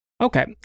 Okay